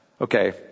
Okay